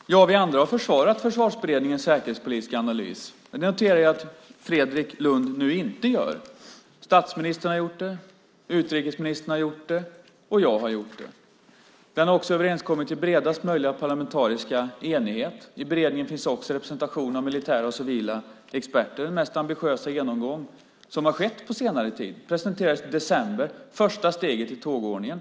Fru talman! Vi andra har försvarat Försvarsberedningens säkerhetspolitiska analys. Det noterar jag att Fredrik Lundh nu inte gör. Statsministern, utrikesministern och jag har gjort det. Den har också överenskommits i bredast möjliga parlamentariska enighet. I beredningen finns också representation av militära och civila experter. Det är den mest ambitiösa genomgång som har skett på senare tid. Den presenterades i december. Det var första steget i tågordningen.